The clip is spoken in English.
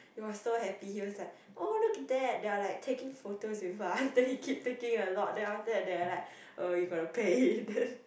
he was so happy he was like oh look at that they are like taking photos with us then he keep taking a lot then after that they are like uh you gotta pay then